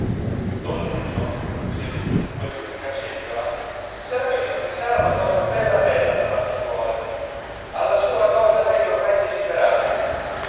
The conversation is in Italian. don nuccio seduto su quell'unica seggiola s'era messo a pensare a una cosa bella bella per la figliuola alla sola cosa a lei ormai desiderabile